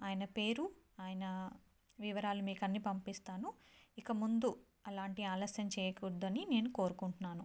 ఆయన పేరు ఆయన వివరాలు మీకన్ని పంపిస్తాను ఇక ముందు అలాంటి ఆలస్యం చేయకూడదని నేను కోరుకుంటున్నాను